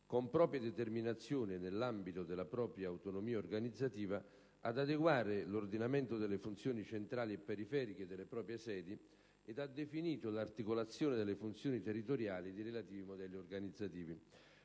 con proprie determinazioni e nell'ambito della propria autonomia organizzativa, ad adeguare l'ordinamento delle funzioni centrali e periferiche delle proprie sedi ed ha definito l'articolazione delle funzioni territoriali ed i relativi modelli organizzativi.